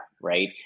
right